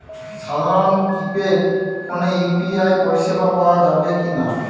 সাধারণ কিপেড ফোনে ইউ.পি.আই পরিসেবা পাওয়া যাবে কিনা?